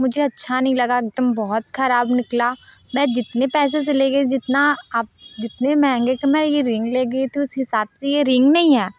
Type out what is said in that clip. मुझे अच्छा नहीं लगा एकदम बहुत खराब निकला मैं जितने पैसे से ले गई जितना आप जितने महँगे के मैं ये रिंग ले गई थी उस हिसाब से ये रिंग नई है